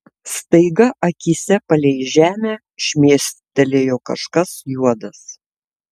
staiga akyse palei žemę šmėstelėjo kažkas juodas